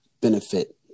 benefit